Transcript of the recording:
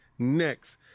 next